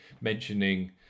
mentioning